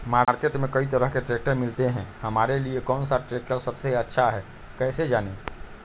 Market में कई तरह के ट्रैक्टर मिलते हैं हमारे लिए कौन सा ट्रैक्टर सबसे अच्छा है कैसे जाने?